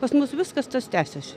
pas mus viskas tas tęsiasi